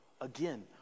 again